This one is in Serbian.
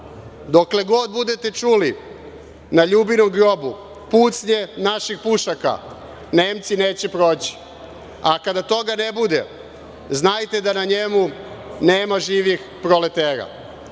dokle god budete čuli na Ljubinom grobu pucnje naših pušaka Nemci neće proći, a kada toga ne bude znajte da na njemu nema živih Proletera. Ja